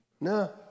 no